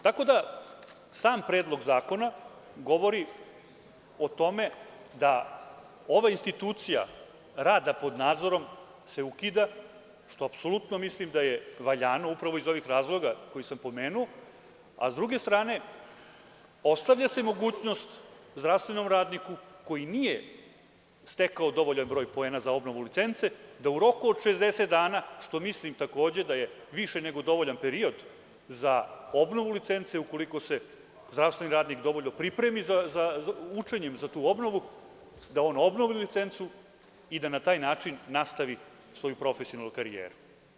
Tako da sam Predlog zakona govori o tome da ova institucija rada pod nadzorom se ukida što apsolutno mislim da je valjano upravo iz ovih razloga koje sam pomenuo, a sa druge strane ostavlja se mogućnost zdravstvenom radniku koji nije stekao dovoljan broj poena za obnovu licence da u roku od 60 dana, što mislim takođe da je više nego dovoljan period za obnovu licence, ukoliko se zdravstveni radnik dovoljno pripremi učenjem za tu obnovu, da on obnovi licencu i da na taj način nastavi svoju profesionalnu karijeru.